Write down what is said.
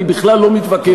אני בכלל לא מתווכח,